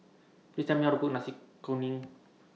Please Tell Me How to Cook Nasi Kuning